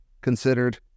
Considered